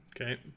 Okay